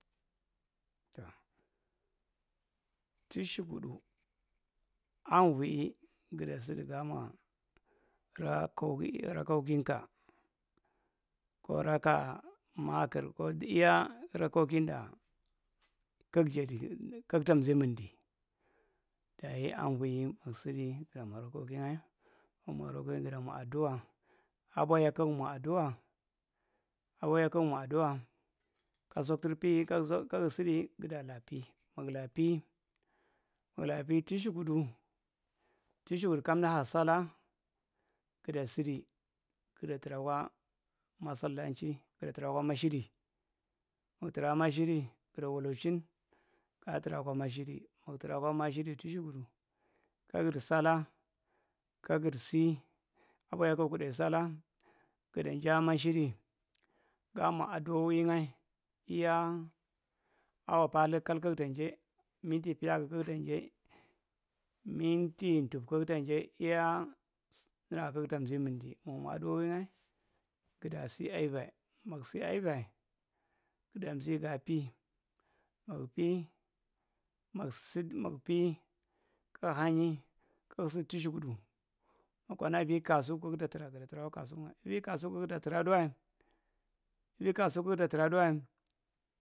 tishikudu amvwi’i guda sudi gaa; mwa gaa’rok rakokinka ko raka’a maakir ko iyaa rokikin da kiajedikigtamzii mindi dayi amvwi’i migsudi gidda ma rakoki’nyae mugmwa rakoki guda’mwa aduwa abwohiya kugmwa aduwa abwohiya kug’mwa aduwa soki tur’pii kagsudi gudaa’laa pii mug’laa mug’laa pii tushukudu tisukudu kan’daa’ha sallaa guda sudi guda traa’ kwaa masallachi guda trakwa mashidi mug tra’kwa mashidi gaa’trakwa mashidi guda wolochin gaa’trakwa mashidi’a muk tra’kwa mashidi mug tra- kwa mashidi mugtrakwa mashidi guda wolochin tishukudu kig’gir salla kig’gir see abwa’hiya ki’gir salla guda jaa’kwa mashidi gaa’mwa adowowi’nyae iyaa awawa paalthu kal kugtan jae minnti tuf kugtan’jae iyaa ra kugtang’mze mundi mugmwa adowowi’ngae guda sie aivae mmug’sei aivae gudan’nzi gaa’pie mugpee mug’sudi mug’pee kug’lianyee kkugsidi tishukudu mwakana kasuku kug’traa guda traakwa kasuku’nyae evie kaasuku kugta traa’duwae evie kasuku kugta traa duwae.